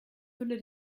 fülle